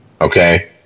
Okay